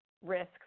risk